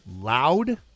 loud